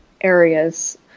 areas